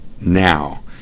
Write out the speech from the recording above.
now